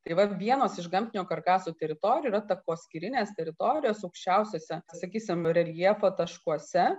tai vat vienos iš gamtinio karkaso teritorijų takoskyrinės teritorijos aukščiausiose sakysime reljefo taškuose